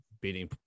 beating